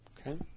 Okay